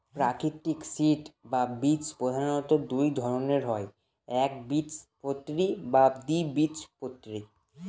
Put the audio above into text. প্রাকৃতিক সিড বা বীজ প্রধানত দুই ধরনের হয় একবীজপত্রী এবং দ্বিবীজপত্রী